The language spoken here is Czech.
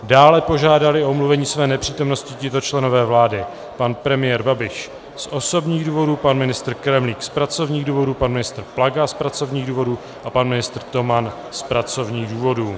Dále požádali o omluvení své nepřítomnosti tito členové vlády: pan premiér Babiš z osobních důvodů, pan ministr Kremlík z pracovních důvodů, pan ministr Plaga z pracovních důvodů a pan ministr Toman z pracovních důvodů.